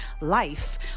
life